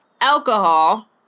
Alcohol